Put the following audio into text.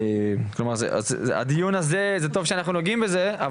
טוב שאנחנו נוגעים בזה פה בדיון הזה,